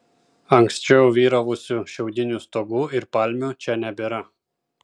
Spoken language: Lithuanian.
anksčiau vyravusių šiaudinių stogų ir palmių čia nebėra